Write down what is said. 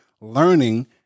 learning